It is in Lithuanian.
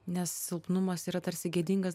nes silpnumas yra tarsi gėdingas